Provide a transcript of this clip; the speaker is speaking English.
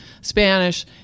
Spanish